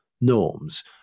norms